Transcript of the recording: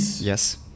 yes